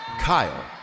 Kyle